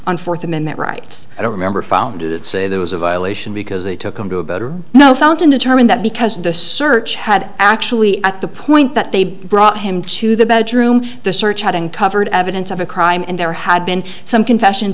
on fourth amendment rights i don't remember found it say there was a violation because they took them to a better know fountain determine that because of the search had actually at the point that they brought him to the bedroom the search had uncovered evidence of a crime and there had been some confessions